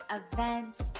events